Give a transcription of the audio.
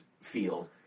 feel